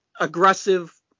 aggressive